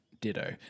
Ditto